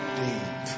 deep